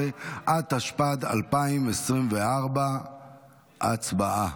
16), התשפ"ד 2024, הצבעה.